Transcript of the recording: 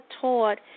taught